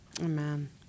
Amen